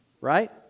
right